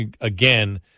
again